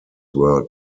were